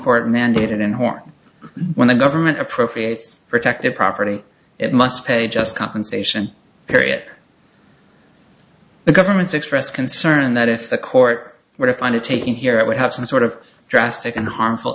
court mandated in home when the government appropriates protected property it must pay just compensation area the government's expressed concern that if the court were to find it taking here it would have some sort of drastic and harmful